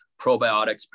probiotics